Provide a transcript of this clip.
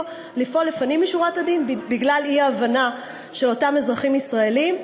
לפעול לפנים משורת הדין בגלל אי-הבנה של אותם אזרחים ישראלים.